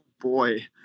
boy